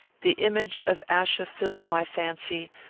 the image of achsa filled my fancy,